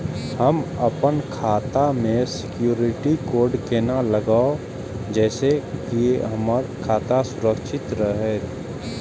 हम अपन खाता में सिक्युरिटी कोड केना लगाव जैसे के हमर खाता सुरक्षित रहैत?